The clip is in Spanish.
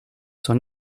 son